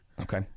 Okay